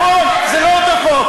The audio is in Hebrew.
נכון, זה לא אותו חוק.